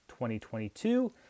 2022